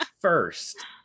First